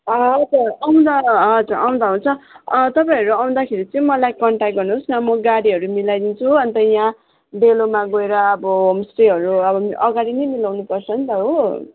हजुर आउँदा आउँदा हुन्छ तपाईँहरू आउँदाखेरि चाहिँ मलाई क्नट्याक्ट गर्नु होस् न म गाडीहरू मिलाई दिन्छु हो अन्त यहाँ डेलोमा गएर अब होमस्टेहरू अगाडि नै मिलाउनु पर्छ नि त हो